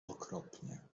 okropnie